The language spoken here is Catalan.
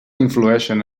influeixen